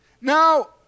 Now